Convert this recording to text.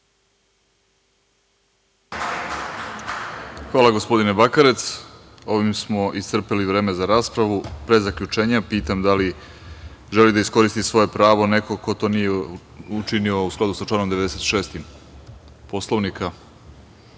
Hvala, gospodine Bakarec. Ovim smo iscrpeli vreme za raspravu. Pre zaključenja pitam – da li želi da iskoristi svoje pravo neko ko to nije učinio, u skladu sa članom 96. Poslovnika? Da